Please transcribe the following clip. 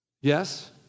Yes